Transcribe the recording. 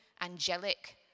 angelic